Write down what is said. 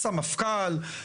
סמפכ״ל,